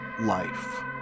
life